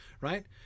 right